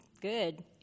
good